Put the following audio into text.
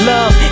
Love